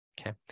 okay